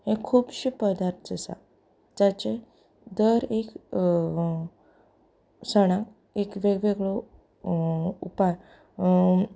हे खुबशे पदार्थ आसात जाचें दर एक सणाक एक वेगवेगळो